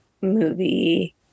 movie